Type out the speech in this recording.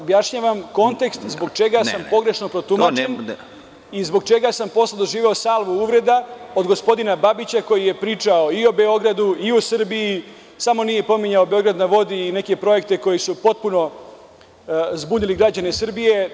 Objašnjavam kontekst zbog čega sam pogrešno protumačen i zbog čega sam posle doživeo salvu uvreda od gospodina Babića, koji je pričao i o Beogradu, i o Srbiji, samo nije pominjao „Beograd na vodi“ i neke projekte koji su potpuno zbunili građane Srbije.